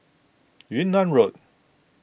Yunnan Road